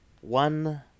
one